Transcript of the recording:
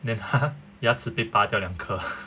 then 牙齿被拔掉两颗